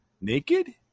naked